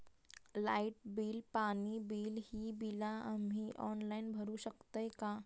Light bill, पाणी bill, ही बिला आम्ही ऑनलाइन भरू शकतय का?